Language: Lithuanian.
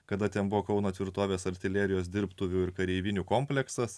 kada ten buvo kauno tvirtovės artilerijos dirbtuvių ir kareivinių kompleksas